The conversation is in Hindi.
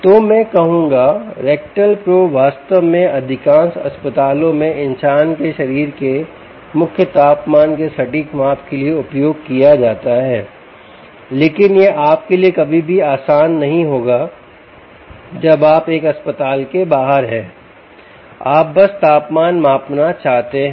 तो मैं कहूंगा रेक्टल प्रोब वास्तव में अधिकांश अस्पतालों में इंसान के शरीर के मुख्य तापमान के सटीक माप के लिए उपयोग किया जाता है लेकिन यह आपके लिए कभी भी आसान नहीं होगा जब आप एक अस्पताल के बाहर हैं आप बस तापमान मापना चाहते हैं